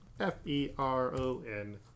f-e-r-o-n